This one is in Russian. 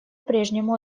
прежнему